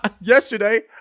yesterday